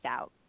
out